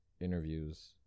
interviews